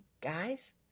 guys